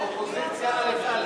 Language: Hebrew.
האופוזיציה אלף-אלף.